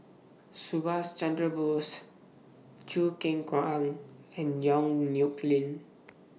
Subhas Chandra Bose Choo Keng Kwang and Yong Nyuk Lin